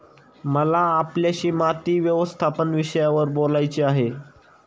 मला आपल्याशी माती व्यवस्थापन विषयावर बोलायचे आहे